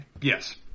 yes